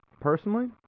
personally